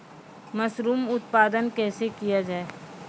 Mushroom उत्पादन कैसे किया जाय?